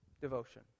devotion